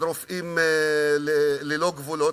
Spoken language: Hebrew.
"רופאים ללא גבולות",